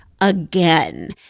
again